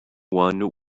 one